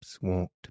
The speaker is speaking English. walked